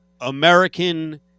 American